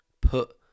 put